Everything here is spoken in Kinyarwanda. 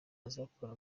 azakora